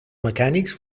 mecànics